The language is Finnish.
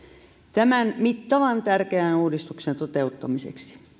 tämän mittavan tärkeän uudistuksen toteuttamiseksi